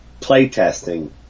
playtesting